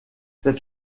cette